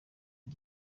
iki